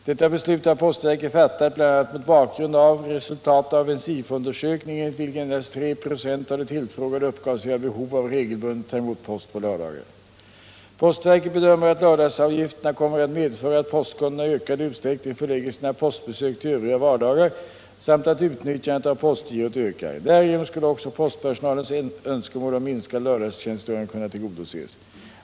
Detta beslut har postverket fattat bl.a. mot bakgrund av resultatet av en SIFO-undersökning, enligt vilken endast 3 96 av de tillfrågade uppgav sig ha behov att regelbundet ta emot post på lördagar. Postverket bedömer att lördagsavgifterna kommer att medföra att postkunderna i ökad utsträckning förlägger sina postbesök till övriga vardagar samt att utnyttjandet av postgirot ökar. Därigenom skulle också postpersonalens önskemål om minskad lördagstjänstgöring kunna tillgodoses.